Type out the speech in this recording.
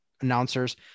announcers